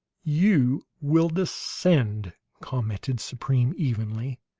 you will descend, commented supreme evenly,